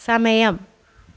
സമയം